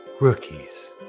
rookies